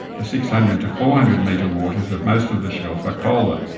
the six hundred to four hundred metre waters of most of the shelf are colder,